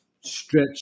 stretch